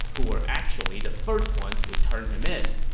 who were actually the first ones to turn him in.